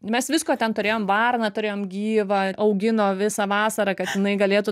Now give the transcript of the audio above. mes visko ten turėjom varną turėjom gyvą augino visą vasarą kad jinai galėtų